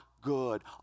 good